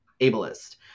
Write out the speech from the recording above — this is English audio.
ableist